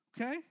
Okay